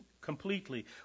completely